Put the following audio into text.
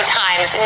times